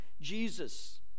Jesus